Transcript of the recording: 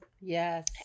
Yes